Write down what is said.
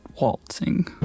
waltzing